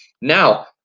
Now